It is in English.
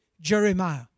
Jeremiah